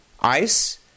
ICE